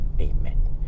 Amen